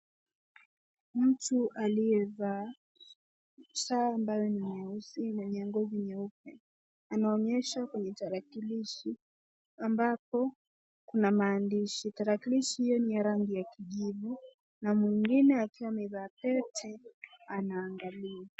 Mtu aliyevaa saa ambayo ni nyeusi mwenye ngozi nyeupe, anaonyesha kwenye tarakilishi ambapo kuna maandishi. Tarakilishi hio ni ya rangi ya kijivu na mwingine akiwa amevaa pete anaangalia.